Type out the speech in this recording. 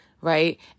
right